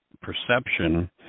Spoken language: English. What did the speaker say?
perception